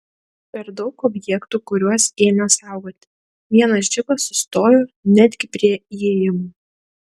per daug objektų kuriuos ėmė saugoti vienas džipas sustojo netgi prie įėjimo